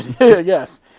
Yes